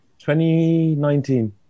2019